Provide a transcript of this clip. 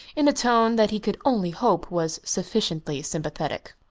in a tone that he could only hope was sufficiently sympathetic.